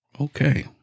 Okay